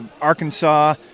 Arkansas